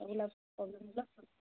regular প্রবলেমগুলো